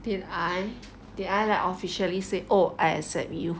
did I did I like officially say oh I accept you